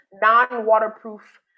non-waterproof